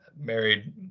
Married